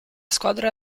squadre